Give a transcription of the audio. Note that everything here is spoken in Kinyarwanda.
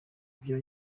byo